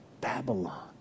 Babylon